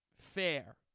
Fair